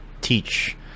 teach